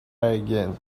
again